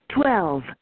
Twelve